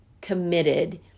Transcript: committed